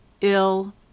Ill